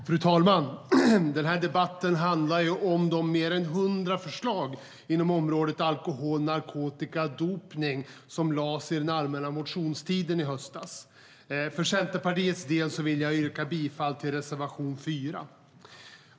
Fru talman! Den här debatten handlar om de mer än 100 förslag inom området alkohol, narkotika, dopning och tobak som lades fram under allmänna motionstiden i höstas. Jag vill för Centerpartiets del yrka bifall till reservation 4.